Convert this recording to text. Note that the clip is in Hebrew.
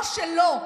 או שלא.